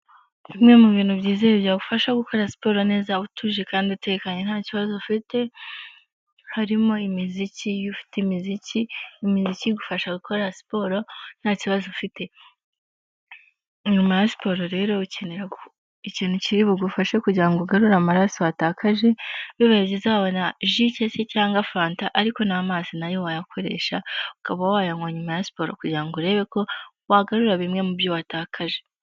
Bimwe mu bintu byizeye byagufasha gukora siporo neza utuje kandi utekanye nta kibazo ufite, harimo imiziki iyo ufite imiziki imiziki igufasha gukora siporo nta kibazo ufite. Nyuma ya siporo rero ukenera ikintu kiri bugufashe kugira ngo ugarure amaraso watakaje, bibaye byiza wanywa ji cyangwa se fanta, ariko n'amazi nayo wayakoresha ukaba wayanywa nyuma ya siporo kugira ngo urebe ko wagarura bimwe mu byo watakaje.